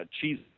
cheese